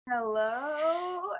hello